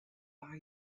buy